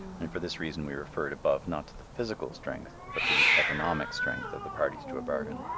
and for this reason we referred above not to the physical strength, but to the economic strength of the parties to a bargain.